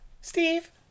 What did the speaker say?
Steve